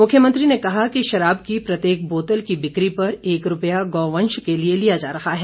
मुख्यमंत्री ने कहा कि शराब की प्रत्येक बोतल की बिक्री पर एक रुपया गौवंश के लिए लिया जा रहा है